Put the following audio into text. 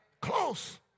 Close